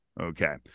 Okay